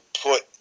put